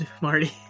Marty